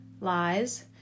lies